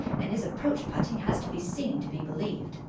and his approach-putting has to be seen to be believed.